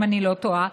אם אני לא טועה,